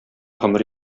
гомер